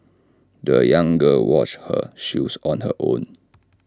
the young girl washed her shoes on her own